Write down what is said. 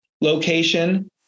location